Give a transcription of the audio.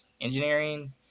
engineering